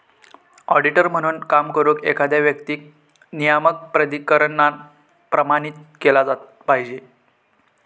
auditor म्हणून काम करुक, एखाद्या व्यक्तीक नियामक प्राधिकरणान प्रमाणित केला पाहिजे